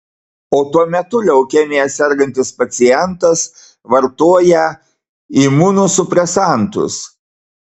o tuo metu leukemija sergantis pacientas vartoja imunosupresantus